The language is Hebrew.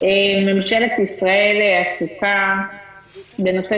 שממשלת ישראל עסוקה בנושא